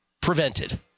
prevented